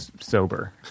sober